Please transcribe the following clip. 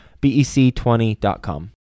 BEC20.com